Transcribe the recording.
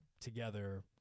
together